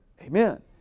Amen